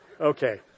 Okay